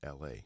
LA